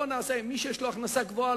בוא נעשה שמי שיש לו הכנסה גבוהה,